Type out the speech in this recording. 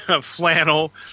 flannel